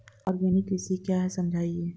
Organic कृषि क्या है समझाइए?